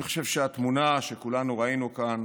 אני חושב שהתמונה שכולנו ראינו כאן